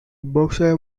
berkshire